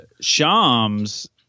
Shams